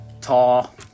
tall